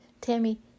Tammy